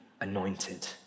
anointed